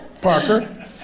Parker